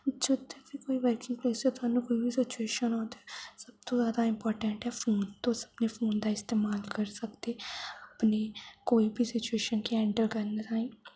जद बी कोई वर्किग प्लेस च थोआनू कोई बी सिचुएशन आबै ते सबतु ज्यादा इंपार्टेंट ऐ फोन तुस अपने फोन दा इस्तेमाल करी सकदे अपनी कोई बी सिचुएशन गी हैंडल करने ताईं